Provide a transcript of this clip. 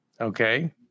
Okay